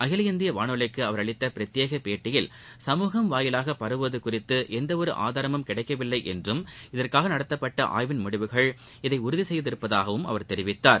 அகில இந்திய வானொலிக்கு அவர் அளித்த பிரத்யேக பேட்டியில் சமூகம் வாயிலாக பரவுவது குறித்து எந்தவொரு ஆதாரமும் கிடைக்கவில்லை என்றும் இதற்காக நடத்தப்பட்ட ஆய்வின் முடிவுகள் இதை உறுதி செய்துள்ளதாகவும் அவர் தெரிவித்துள்ளார்